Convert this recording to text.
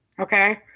Okay